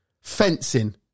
Fencing